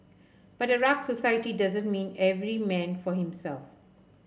but a rugged society doesn't mean every man for himself